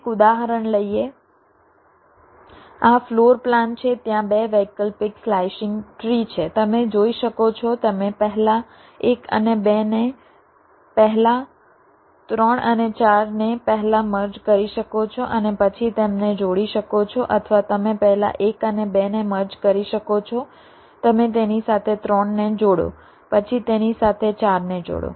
ચાલો એક ઉદાહરણ લઈએ આ ફ્લોર પ્લાન છે ત્યાં બે વૈકલ્પિક સ્લાઇસિંગ ટ્રી છે તમે જોઈ શકો છો તમે પહેલા 1 અને 2 ને પહેલા 3 અને 4 ને પહેલા મર્જ કરી શકો છો અને પછી તેમને જોડી શકો છો અથવા તમે પહેલા 1 અને 2 ને મર્જ કરી શકો છો તમે તેની સાથે 3 ને જોડો પછી તેની સાથે 4 ને જોડો